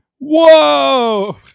Whoa